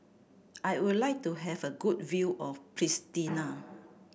I would like to have a good view of Pristina